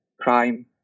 crime